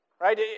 Right